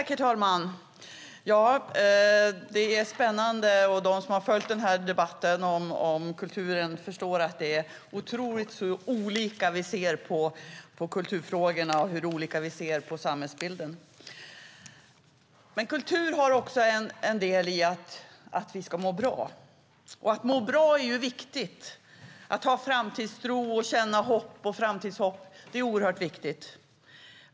Herr talman! De som följt debatten om kulturen förstår att vi ser mycket olika på kulturfrågorna och på samhällsbilden. Det är spännande. Kulturen har del i att vi mår bra. Att må bra är viktigt. Att ha framtidstro, känna hopp är oerhört viktigt.